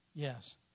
Yes